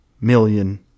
million